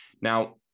now